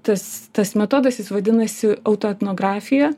tas tas metodas jis vadinasi autoetnografija